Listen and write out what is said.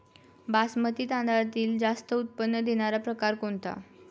बासमती तांदळातील जास्त उत्पन्न देणारा प्रकार कोणता?